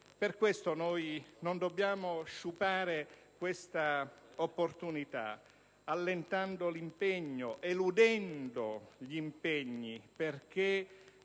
Per questo noi non dobbiamo sciupare questa opportunità, allentando l'impegno o eludendo gli impegni;